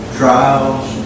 trials